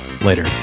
Later